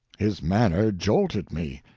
his manner jolted me.